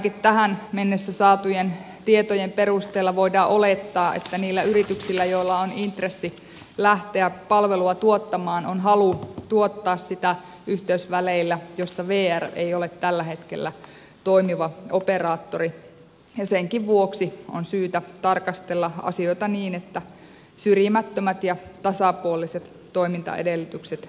ainakin tähän mennessä saatujen tietojen perusteella voidaan olettaa että niillä yrityksillä joilla on intressi lähteä palvelua tuottamaan on halu tuottaa sitä yhteysväleillä joissa vr ei ole tällä hetkellä toimiva operaattori ja senkin vuoksi on syytä tarkastella asioita niin että syrjimättömät ja tasapuoliset toimintaedellytykset toteutuvat